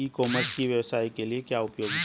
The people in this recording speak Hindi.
ई कॉमर्स की व्यवसाय के लिए क्या उपयोगिता है?